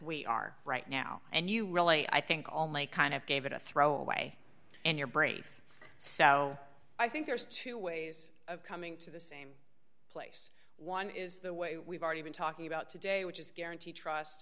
we are right now now and you really i think all my kind of gave it a throw away and you're brave so i think there's two ways of coming to the same place one is the way we've already been talking about today which is guarantee